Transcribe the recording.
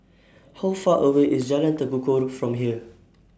How Far away IS Jalan Tekukor from here